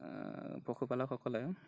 পশুপালকসকলে